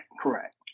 correct